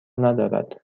ندارد